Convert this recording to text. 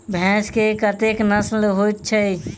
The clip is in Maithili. भैंस केँ कतेक नस्ल होइ छै?